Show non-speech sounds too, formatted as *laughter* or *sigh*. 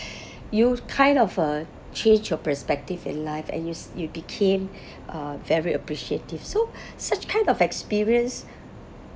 *breath* you kind of uh change your perspective in life and you s~ you became *breath* uh very appreciative so *breath* such kind of experience